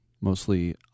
mostly